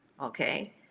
Okay